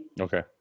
Okay